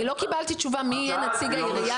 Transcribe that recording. אני לא קיבלתי תשובה מי יהיה נציג העיריה